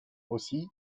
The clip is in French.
aussi